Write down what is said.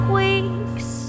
weeks